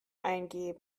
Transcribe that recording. eingeben